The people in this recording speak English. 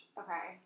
okay